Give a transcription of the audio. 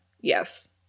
Yes